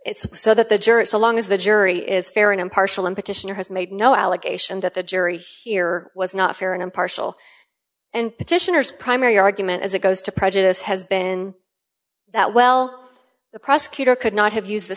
it's so that the jury so long as the jury is fair and impartial and petitioner has made no allegation that the jury here was not fair and impartial and petitioners primary argument as it goes to prejudice has been that well the prosecutor could not have used the